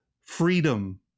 freedom